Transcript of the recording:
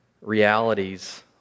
realities